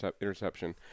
interception